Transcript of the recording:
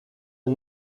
are